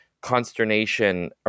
consternation